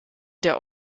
der